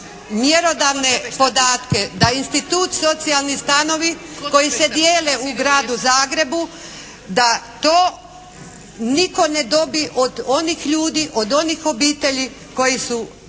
imam mjerodavne podatke da institut socijalni stanovi koji se dijele u gradu Zagrebu da to nitko ne dobije od onih ljudi, od onih obitelji koji su